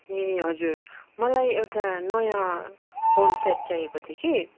ए हजुर मलाई एउटा नयाँ फोन सेट चाहिएको थियो कि